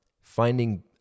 finding